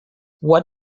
what